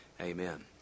Amen